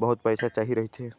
बहुत पइसा चाही रहिथे